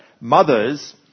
mothers